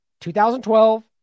2012